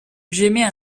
j’émets